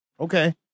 Okay